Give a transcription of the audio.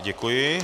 Děkuji.